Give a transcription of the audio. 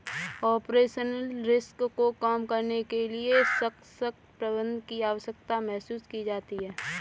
operational risk को कम करने के लिए सशक्त प्रबंधन की आवश्यकता महसूस की जाती है